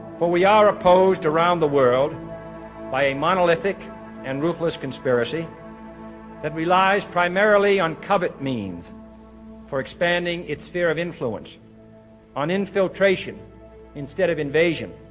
for we are opposed around the world by a monolithic and ruthless conspiracy that relies primarily on covert means for expanding its sphere of influence on infiltration instead of invasion,